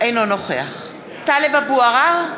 אינו נוכח טלב אבו עראר,